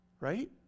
right